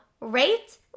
rate